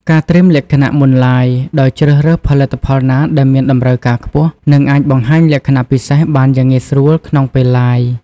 ការត្រៀមលក្ខណៈមុន Live ដោយជ្រើសរើសផលិតផលណាដែលមានតម្រូវការខ្ពស់ និងអាចបង្ហាញលក្ខណៈពិសេសបានយ៉ាងងាយស្រួលក្នុងពេល Live។